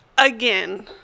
Again